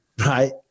right